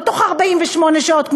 לא תוך 48 שעות,